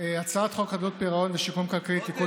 הצעת חוק חדלות פירעון ושיקום כלכלי (תיקון